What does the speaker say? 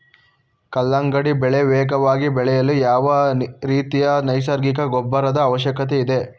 ಕಲ್ಲಂಗಡಿ ಬೆಳೆ ವೇಗವಾಗಿ ಬೆಳೆಯಲು ಯಾವ ರೀತಿಯ ನೈಸರ್ಗಿಕ ಗೊಬ್ಬರದ ಅವಶ್ಯಕತೆ ಇದೆ?